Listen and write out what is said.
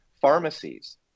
pharmacies